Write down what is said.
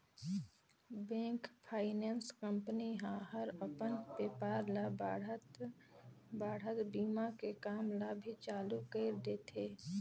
bank, finance company ह हर अपन बेपार ल बढ़ात बढ़ात बीमा के काम ल भी चालू कइर देथे